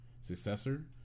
successor